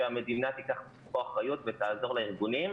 שהמדינה תיקח אחריות ותעזור לארגונים,